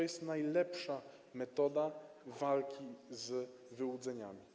Jest to najlepsza metoda walki z wyłudzeniami.